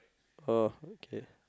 oh okay